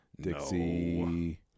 Dixie